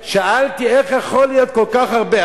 שאלתי: איך יכול להיות כל כך הרבה?